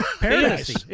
paradise